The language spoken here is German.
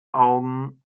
augen